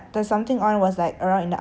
so like 我就跟我朋友讲